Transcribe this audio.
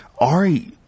Ari